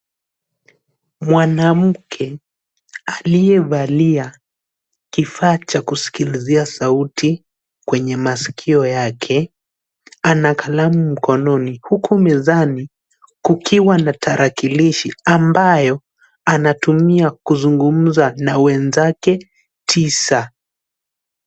Mwanamke aliyevalia kifaa cha kusikilizia sauti kwenye masikio yake ana kalamu mkononi huku mezani kukiwa na tarakilishi ambayo anatumia kuzungumza na wenzake tisa.